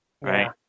Right